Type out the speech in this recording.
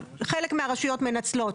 חלק מהרשויות מנצלות